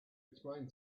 explain